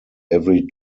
every